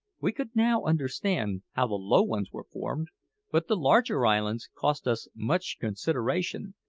we could now understand how the low ones were formed but the larger islands cost us much consideration,